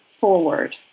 forward